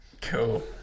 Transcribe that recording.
Cool